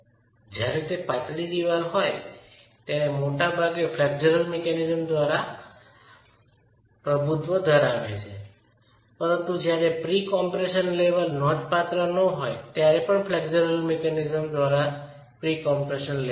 જ્યારે તે પાતળી દિવાલ હોય છે ત્યારે મોટેભાગે તે ફ્લેક્સ્યુલર મિકેનિઝમ્સ દ્વારા પ્રભુત્વ ધરાવે છેપરંતુ જયારે પ્રી કમ્પ્રેશન લેવલ નોંધપાત્ર ન હોય ત્યારે પણ ફ્લેક્સ્યુલર મિકેનિઝમ્સ દ્વારા પ્રી કમ્પ્રેશન લેવલ હોય છે